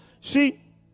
See